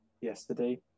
yesterday